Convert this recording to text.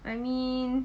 I mean